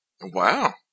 Wow